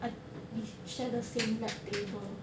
I we share the same lab table